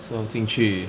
so 进去